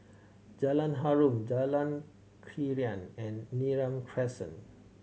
Jalan Harum Jalan Krian and Neram Crescent